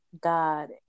god